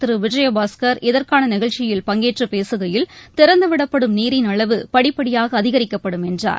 திரு விஜயபாஸ்கர் இதற்கான நிகழ்ச்சியில் பங்கேற்று பேசுகையில் போக்குவரத்து துறை அமைச்சர் திறந்துவிடப்படும் நீரின் அளவு படிப்படியாக அதிகரிக்கப்படும் என்றார்